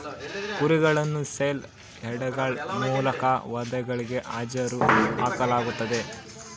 ಕುರಿಗಳನ್ನು ಸೇಲ್ ಯಾರ್ಡ್ಗಳ ಮೂಲಕ ವಧೆಗಾಗಿ ಹರಾಜು ಹಾಕಲಾಗುತ್ತದೆ